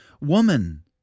Woman